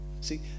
See